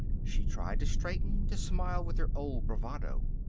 she tried to straighten, to smile with her old bravado.